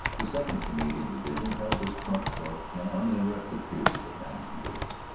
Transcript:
the second. canadian division held this front for an uninterrupted period of ninety two days,